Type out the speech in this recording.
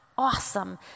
awesome